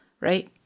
right